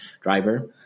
driver